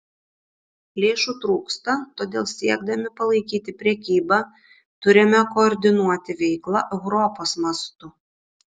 lėšų trūksta todėl siekdami palaikyti prekybą turime koordinuoti veiklą europos mastu